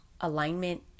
alignment